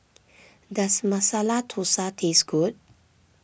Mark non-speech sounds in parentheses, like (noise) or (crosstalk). (noise) does Masala Thosai taste good